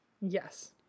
Yes